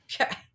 Okay